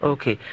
Okay